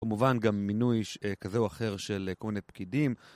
כמובן גם מינוי כזה או אחר של כל מיני פקידים.